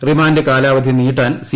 remand കാലാവധി നീട്ടാൻ C